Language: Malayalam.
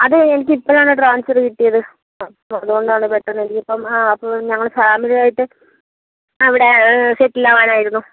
അത് എനിക്ക് ഇപ്പഴാണ് ട്രാൻസ്ഫർ കിട്ടിയത് അപ്പം അതുകൊണ്ടാണ് പെട്ടെന്ന് ഇനി ഇപ്പം ആ അപ്പം ഞങ്ങൾ ഫാമിലി ആയിട്ട് അവിടെ സെറ്റിൽ ആവാൻ ആയിരുന്നു